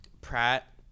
pratt